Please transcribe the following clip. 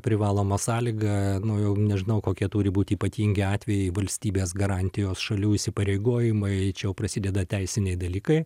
privaloma sąlyga nu jau nežinau kokie turi būt ypatingi atvejai valstybės garantijos šalių įsipareigojimai čia jau prasideda teisiniai dalykai